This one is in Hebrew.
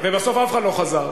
ובסוף אף אחד לא חזר.